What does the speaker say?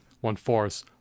one-fourth